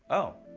oh,